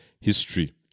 history